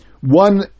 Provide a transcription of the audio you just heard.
one